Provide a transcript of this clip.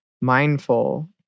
mindful